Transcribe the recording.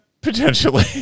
potentially